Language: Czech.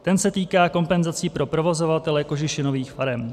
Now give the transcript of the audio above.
Ten se týká kompenzací pro provozovatele kožešinových farem.